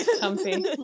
comfy